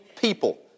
people